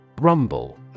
Rumble